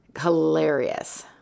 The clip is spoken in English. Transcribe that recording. hilarious